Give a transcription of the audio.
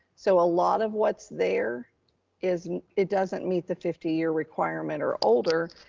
so a lot of what's there is it doesn't meet the fifty year requirement or older,